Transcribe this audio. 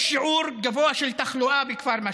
יש שיעור גבוה של תחלואה בכפר משהד.